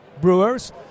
brewers